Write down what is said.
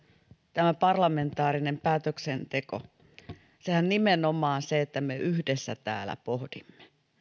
tämä parlamentaarinen päätöksenteko nimenomaan se että me yhdessä täällä pohdimme